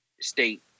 state